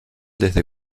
desde